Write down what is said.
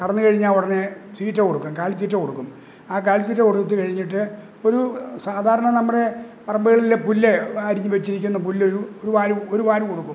കറന്ന് കഴിഞ്ഞാല് ഉടനെ തീറ്റ കൊടുക്കും കാലിത്തീറ്റ കൊടുക്കും ആ കാലിത്തീറ്റ കൊടുത്ത് കഴിഞ്ഞിട്ട് ഒരു സാധാരണ നമ്മുടെ പറമ്പുകളിലെ പുല്ല് അരിഞ്ഞ് വെച്ചിരിക്കുന്ന പുല്ല് ഒരു വാര് ഒരു വാര് കൊടുക്കും